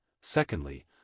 secondly